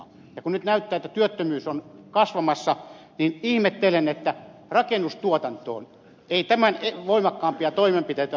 ja kun nyt näyttää että työttömyys on kasvamassa niin ihmettelen että rakennustuotantoon ei tämän voimakkaampia toimenpiteitä ole suunnattu